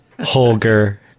Holger